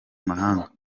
mahanga